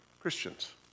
Christians